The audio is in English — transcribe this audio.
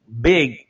big